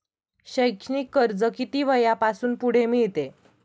शैक्षणिक कर्ज किती वयापासून पुढे मिळते?